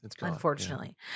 unfortunately